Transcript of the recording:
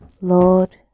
Lord